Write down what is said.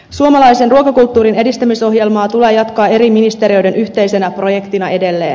suomalaisen ruokakulttuurin edistämisohjelmaa tulee jatkaa eri ministeriöiden yhteisenä projektina edelleen